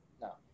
No